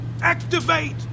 activate